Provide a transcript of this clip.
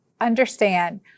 understand